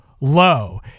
low